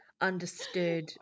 understood